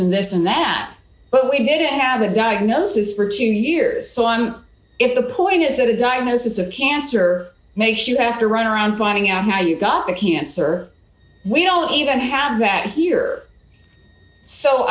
in this and that but we didn't have a diagnosis for two years so on if the point is that a diagnosis of cancer makes you have to run around finding out how you got the cancer we don't even have that here so